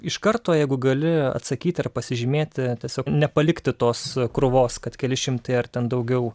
iš karto jeigu gali atsakyti ar pasižymėti tiesiog nepalikti tos krūvos kad keli šimtai ar ten daugiau